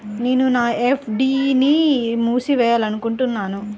నేను నా ఎఫ్.డీ ని మూసివేయాలనుకుంటున్నాను